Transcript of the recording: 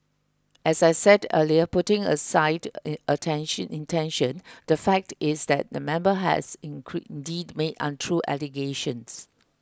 as I said earlier putting aside attention intention the fact is that the member has deed made untrue allegations